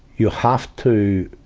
you have to